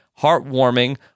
heartwarming